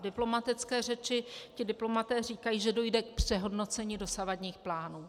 Diplomatické řeči ti diplomaté říkají, že dojde k přehodnocení dosavadních plánů.